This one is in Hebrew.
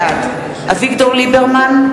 בעד אביגדור ליברמן,